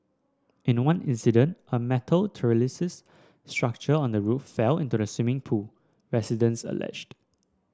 in one incident a metal trellis structure on the roof fell into the swimming pool residents alleged